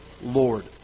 Lord